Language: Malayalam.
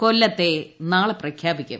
കൊല്ലത്തെ നാളെ പ്രഖ്യാപിക്കും